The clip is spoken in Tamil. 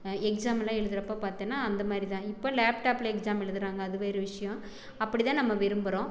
எக்ஸாமெலாம் எழுதறப்ப பார்த்தனா அந்த மாதிரிதான் இப்போ லேப்டாப்பில் எக்ஸாம் எழுதறாங்க அது வேறு விஷயோம் அப்படிதான் நம்ம விரும்புறோம்